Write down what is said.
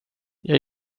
jag